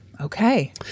Okay